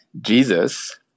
Jesus